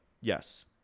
yes